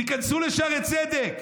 תיכנסו לשערי צדק,